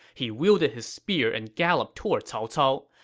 he wielded his spear and galloped toward cao cao.